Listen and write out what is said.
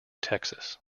texas